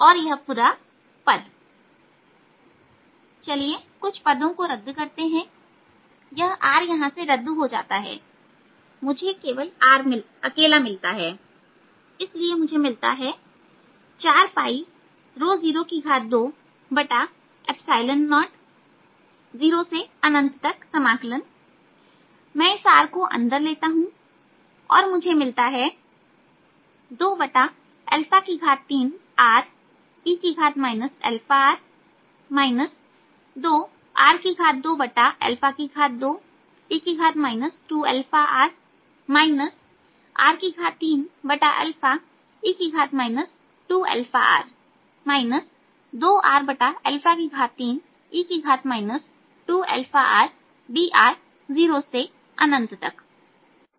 यह पूरा चलिए कुछ पदों को रद्द करते हैं यह r यहां रद्द हो जाता है मुझे केवल r अकेला मिलता है इसलिए मुझे मिलता है 40200 मैं इस r को अंदर ले लेता हूं और मुझे मिलता है0 23re αr 2r22e 2αr r3e 2αr 2r3e 2αrdr